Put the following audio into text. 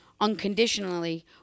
unconditionally